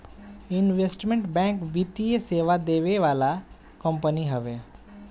investment bank वित्तीय सेवा देवे वाला कंपनी हवे